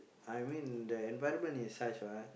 I mean the environment is such what